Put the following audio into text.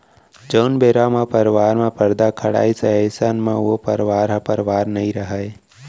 जउन बेरा म परवार म परदा खड़ाइस अइसन म ओ परवार ह परवार नइ रहय